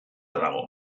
dago